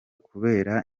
kubera